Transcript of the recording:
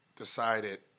decided